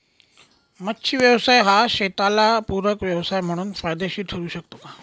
मच्छी व्यवसाय हा शेताला पूरक व्यवसाय म्हणून फायदेशीर ठरु शकतो का?